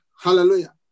Hallelujah